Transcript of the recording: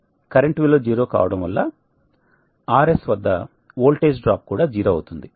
current విలువ 0 కావడం వల్ల RS వద్ద వోల్టేజ్ డ్రాప్ కూడా జీరో అవుతుంది